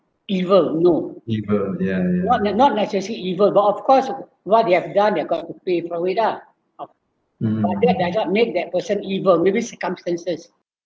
evil no what not necessary evil but of course what they have done they got to pay for it ah but that does not make that person evil maybe circumstances